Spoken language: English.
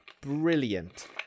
brilliant